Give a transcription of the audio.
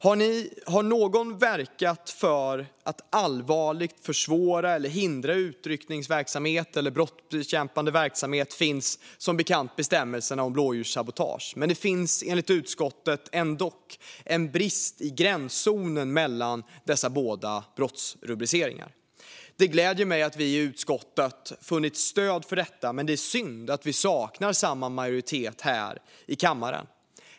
Har någon verkat för att allvarligt försvåra eller hindra utryckningsverksamhet eller brottsbekämpande verksamhet finns som bekant bestämmelsen om blåljussabotage, men det finns enligt utskottet ändock en brist i gränszonen mellan dessa båda brottsrubriceringar. Det gläder mig att vi i utskottet funnit stöd för detta, men det är synd att vi saknar denna majoritet här i kammaren.